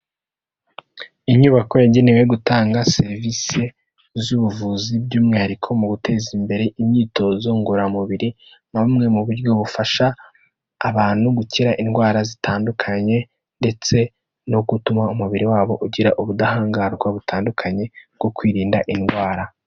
Inyubako yagenewe gutanga serivise z'ubuvuzi by'umwihariko mu guteza imbere imyitozo ngororamubiri na bumwe mu buryo bufasha abantu gukira indwara zitandukanye ndetse no gutuma umubiri wabo ugira ubudahangarwa butandukanye bwo kwirinda indwara.